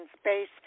space